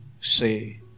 say